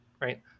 right